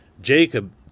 Jacob